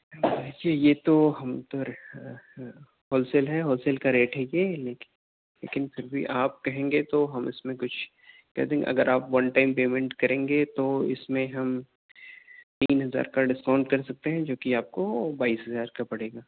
ویسے یہ تو ہم ہولسیل ہے ہولسیل کا ریٹ ہے یہ لیکن لیکن پھر بھی آپ کہیں گے تو ہم اس میں کچھ کر دیں گے اگر آپ ون ٹائم پیمنٹ کریں گے تو اس میں ہم تین ہزار کا ڈسکاؤنٹ کر سکتے ہیں جوکہ آپ کو بائیس ہزار کا پڑے گا